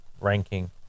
ranking